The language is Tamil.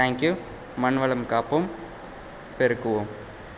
தேங்க் யூ மண் வளம் காப்போம் பெருக்குவோம்